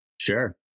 Sure